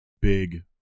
Big